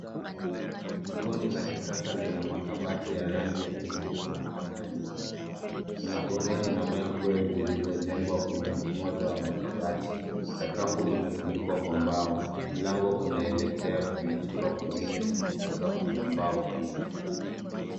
Jikoni la kisasa lina makabati ya rangi ya kijivu na counter nyeupe. Kuna oveni na Microwave zilizojengwa kwenye moja wa makabati. Sakafu imefunikwa kwa mbao, mlango unaelekea kwenye chumba kingine chenye sakafu ya mbao pia.